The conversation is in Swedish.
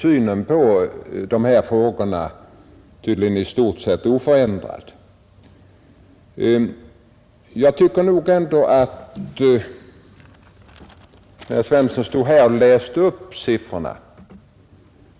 syn på dessa frågor tydligen i stort sett är oförändrad när han nu träder in i riksdagen för att göra sin insats. Herr Svensson stod här och läste upp siffror.